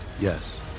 Yes